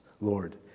Lord